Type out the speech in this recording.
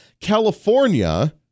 California